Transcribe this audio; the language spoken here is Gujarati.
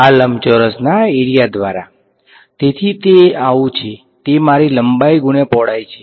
આ લંબચોરસ ના એરીયા દ્વારા તેથી તે આવું છે તે મારી લંબાઈ પહોળાઈ છે